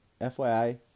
FYI